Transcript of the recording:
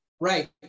Right